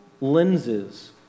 lenses